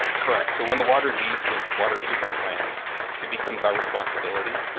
and correct, so when the water leaves the water treatment plant it becomes our responsibility.